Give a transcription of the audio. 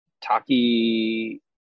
Taki